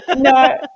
No